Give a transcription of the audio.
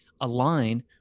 align